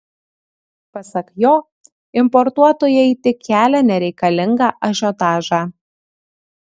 pasak jo importuotojai tik kelia nereikalingą ažiotažą